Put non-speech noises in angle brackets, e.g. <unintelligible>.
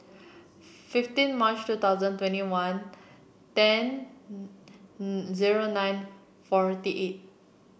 fifteen March two thousand twenty one ten <unintelligible> zero nine forty eight